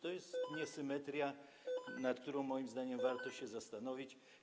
To jest niesymetria, nad którą, moim zdaniem, warto się zastanowić.